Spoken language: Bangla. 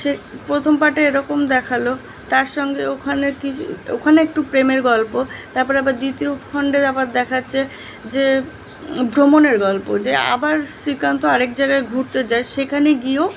সে প্রথম পার্টে এরকম দেখালো তার সঙ্গে ওখানে কিছু ওখানে একটু প্রেমের গল্প তাপরে আবার দ্বিতীয় খণ্ডে আবার দেখাচ্ছে যে ভ্রমণের গল্প যে আবার শ্রীকান্ত আরেক জায়গায় ঘুরতে যায় সেখানে গিয়েও